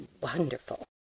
wonderful